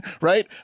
right